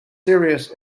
serious